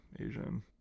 Asian